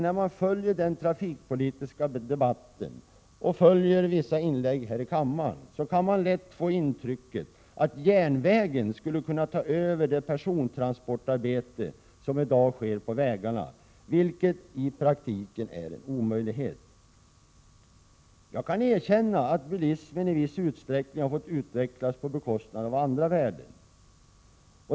När man följer den trafikpolitiska debatten kan man nämligen lätt få intrycket att järnvägen skulle kunna ta över det persontransportarbete som i dag sker på vägarna, vilket i praktiken är en omöjlighet. Jag kan erkänna att bilismen i viss utsträckning har fått utvecklas på bekostnad av andra värden.